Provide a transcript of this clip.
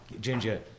Ginger